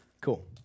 Cool